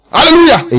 Hallelujah